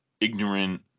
ignorant